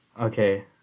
Okay